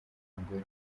umugore